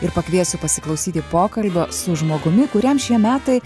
ir pakviesiu pasiklausyti pokalbio su žmogumi kuriam šie metai